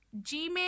Gmail